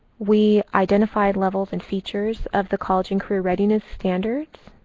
we identified levels and features of the college and career readiness standards.